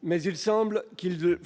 faut, me semble-t-il,